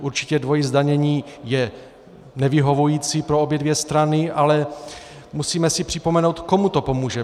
Určitě dvojí zdanění je nevyhovující pro obě strany, ale musíme si připomenout, komu to pomůže.